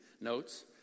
notes